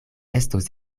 estos